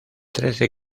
trece